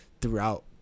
Throughout